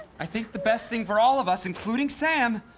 i think the best thing for all of us, including sam,